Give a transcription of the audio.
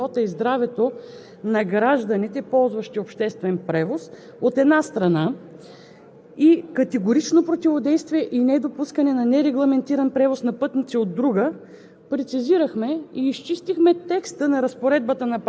Уважаема госпожо Председател, уважаеми колеги народни представители! Във връзка с необходимостта от регулация на тези важни обществени отношения, свързани с охрана на живота и здравето на гражданите, ползващи обществен превоз, от една страна,